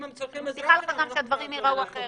אני גם מבטיחה לך שהדברים ייראו אחרת.